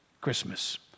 Christmas